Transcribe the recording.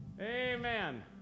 Amen